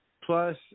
plus